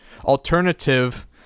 alternative